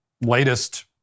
Latest